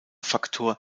faktor